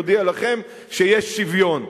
אודיע לכם שיש שוויון.